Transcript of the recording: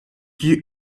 you